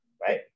right